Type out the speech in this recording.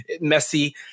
messy